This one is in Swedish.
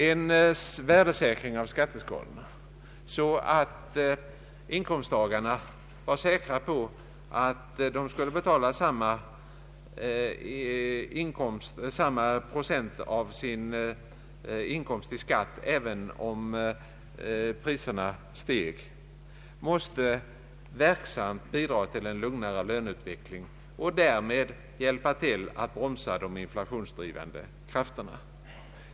En värdesäkring av skatteskalorna, så att inkomsttagarna kunde vara säkra på att de skulle komma att betala samma procent av sin inkomst i skatt, så länge lönerna inte höjs mer än som motsvarar den allmänna stegringen av prisnivån, måste verksamt bidra till en lugnare löneutveckling och därmed hjälpa till att bromsa de inflationsdrivande krafterna.